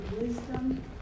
wisdom